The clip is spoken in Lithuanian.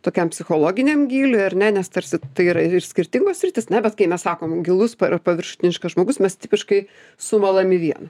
tokiam psichologiniam gyliui ar ne nes tarsi tai yra skirtingos sritys na bet kai mes sakom gilus paviršutiniškas žmogus mes tipiškai sumalam į vieną